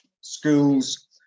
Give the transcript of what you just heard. schools